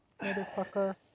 motherfucker